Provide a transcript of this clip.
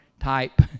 type